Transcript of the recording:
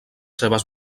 seves